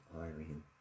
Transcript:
irene